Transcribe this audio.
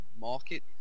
market